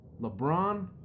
LeBron